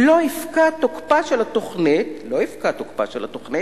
לא יפקע תוקפה של התוכנית" לא יפקע תוקפה של התוכנית,